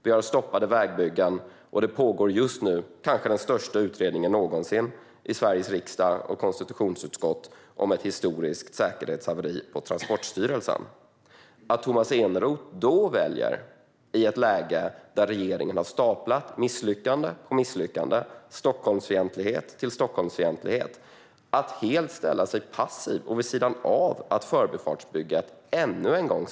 Vi har stoppade vägbyggen, och just nu pågår vad som kanske är den största utredningen någonsin i Sveriges riksdag och i konstitutionsutskottet om ett historiskt säkerhetshaveri på Transportstyrelsen. I ett läge där regeringen har staplat misslyckande på misslyckande och lagt Stockholmsfientlighet till Stockholmsfientlighet väljer Tomas Eneroth att ställa sig helt passiv och vid sidan av att förbifartsbygget står stilla.